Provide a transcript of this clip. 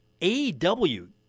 AEW